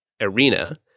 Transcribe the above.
arena